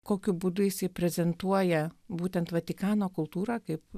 kokiu būdu jisai reprezentuoja būtent vatikano kultūrą kaip